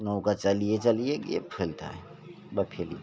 নৌকা চালিয়ে চলিয়ে গিয়ে ফেলতা হয় বা ফেলি